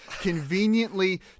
conveniently